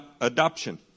adoption